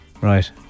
Right